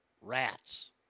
Rats